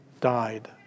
died